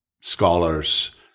scholars